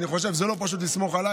אני חושב שזה לא פשוט לסמוך עליי,